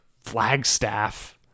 flagstaff